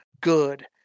good